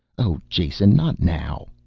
oh, jason. not now,